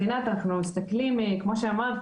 כמו שאמרת